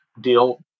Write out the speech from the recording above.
deal